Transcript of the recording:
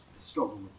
struggle